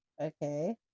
Okay